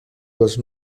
les